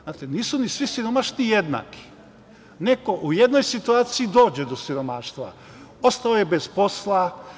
Znate, nisu ni svi siromašni jednaki, neko u jednoj situaciji dođe do siromaštva, ostao je bez posla.